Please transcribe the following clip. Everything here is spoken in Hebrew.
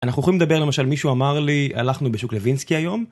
אנחנו יכולים לדבר למשל מישהו אמר לי הלכנו בשוק לוינסקי היום.